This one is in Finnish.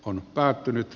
on päättynyt